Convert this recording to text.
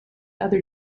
other